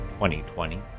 2020